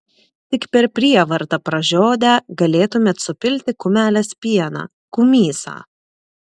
tik per prievartą pražiodę galėtumėt supilti kumelės pieną kumysą